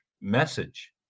message